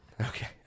Okay